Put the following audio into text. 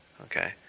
Okay